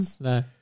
no